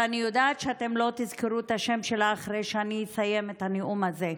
ואני יודעת שאתם לא תזכרו את השם שלה אחרי שאני אסיים את הנאום הזה.